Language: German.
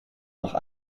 noch